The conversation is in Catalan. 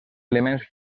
elements